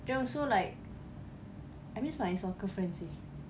then also like I miss my soccer friends seh